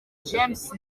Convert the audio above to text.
james